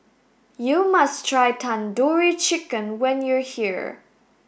you must try Tandoori Chicken when you are here